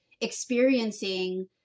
experiencing